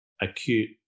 acute